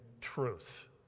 truth